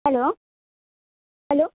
hello hello